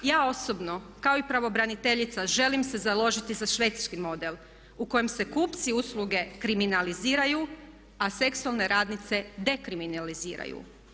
Ja osobno kao i pravobraniteljica želim se založiti za švedski model u kojem se kupci usluge kriminaliziraju a seksualne radnice dekriminaliziraju.